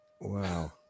Wow